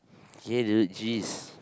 okay dude geez